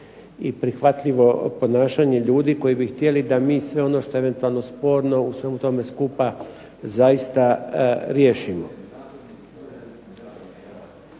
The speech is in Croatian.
i prihvatljivo ponašanje ljudi koji bi htjeli da mi sve ono što je eventualno sporno u svemu tome skupa zaista riješimo.